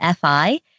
FI